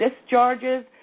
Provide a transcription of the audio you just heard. discharges